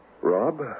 Rob